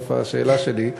בסוף השאלה שלי,